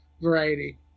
variety